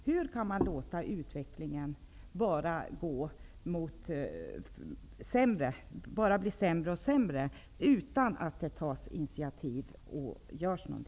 Hur kan man låta utvecklingen bara bli sämre och sämre utan att ta initiativ och göra något?